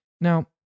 Now